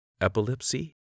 epilepsy